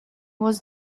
was